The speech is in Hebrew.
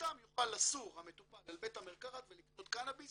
ואיתם יוכל לסור המטופל אל בית המרקחת ולקנות קנאביס